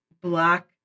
black